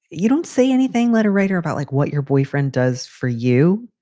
you don't say anything, let a writer about like what your boyfriend does for you.